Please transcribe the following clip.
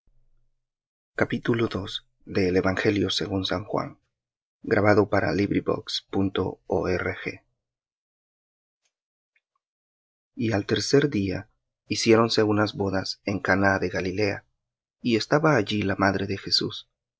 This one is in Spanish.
y al tercer día hiciéronse unas bodas en caná de galilea y estaba allí la madre de jesús